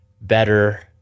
better